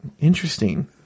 Interesting